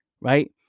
right